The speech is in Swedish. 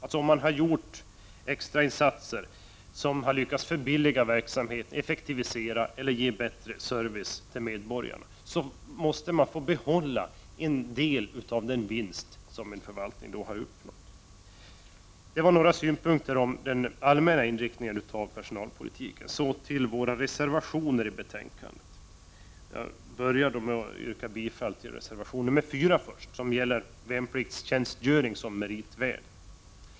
Den som har gjort extra insatser och lyckats förbilliga verksamheten samt kunnat ge bättre service åt medborgarna måste få behålla en del av den vinst som förvaltningen i fråga har uppnått. Det var några synpunkter på den allmänna inriktningen av personalpolitiken. Så till våra reservationer i betänkandet. Jag börjar med att yrka bifall till reservation 4, som gäller värnpliktstjänstgöring som meritvärde.